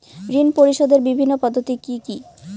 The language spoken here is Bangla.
ঋণ পরিশোধের বিভিন্ন পদ্ধতি কি কি?